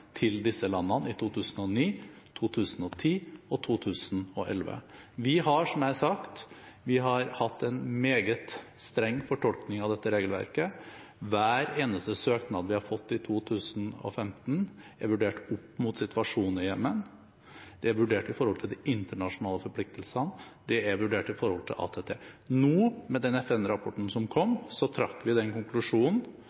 til disse landene i 2009, 2010 og 2011. Vi har, som jeg har sagt, en meget streng fortolkning av dette regelverket. Hver eneste søknad vi har fått i 2015, er vurdert opp mot situasjonen i Jemen. De er vurdert i forhold til de internasjonale forpliktelsene, og de er vurdert i forhold til ATT. Med den FN-rapporten som